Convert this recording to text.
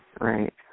right